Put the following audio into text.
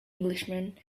englishman